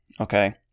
Okay